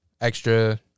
Extra